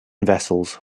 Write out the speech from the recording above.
vessels